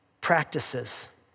practices